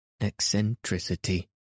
eccentricity